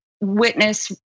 witness